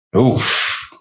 Oof